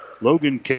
Logan